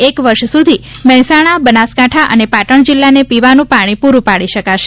એક વર્ષ સુધી મહેસાણા બનાસકાંઠા પાટણ જિલ્લાને પીવાનું પાણી પુરૂ પાડી શકાશે